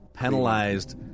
penalized